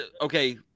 Okay